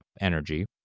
energy